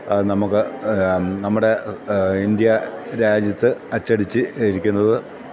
അത് നമുക്ക് നമ്മുടെ ഇന്ത്യാരാജ്യത്ത് അച്ചടിച്ചിരിക്കുന്നത്